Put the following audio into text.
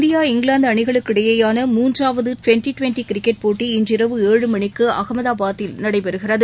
India England அணிகளுக்கு இடையேயான மூன்றாவது ் டுவெண்ட்டி டுவெண்டி கிரிக்கெட் போட்டி இன்றிரவு ஏழு மணிக்கு அகமதாபாதில் நடைபெறுகிறது